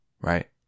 right